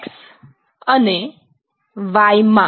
x અને y માં